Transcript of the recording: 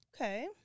Okay